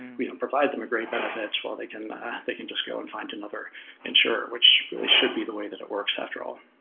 we um provide them a great benefit while they can they can just go and find another insurer, which really should be the way that it works after all.